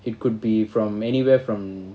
it could be from anywhere from